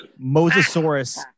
Mosasaurus